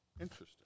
Interesting